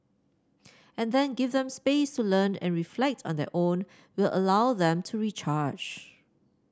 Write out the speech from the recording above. and then give them space to learn and reflect on their own will allow them to recharge